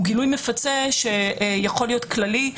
הוא גילוי מפצה שיכול להיות כללי,